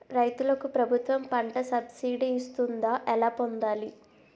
రైతులకు ప్రభుత్వం పంట సబ్సిడీ ఇస్తుందా? ఎలా పొందాలి?